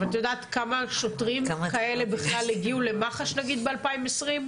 אבל את יודעת כמה שוטרים כאלה בכלל הגיעו למח"ש נגיד ב-2020?